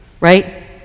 right